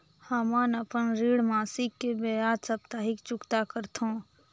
हमन अपन ऋण मासिक के बजाय साप्ताहिक चुकता करथों